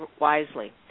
wisely